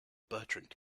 bertrand